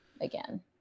again